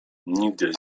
nigdy